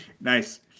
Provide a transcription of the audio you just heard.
Nice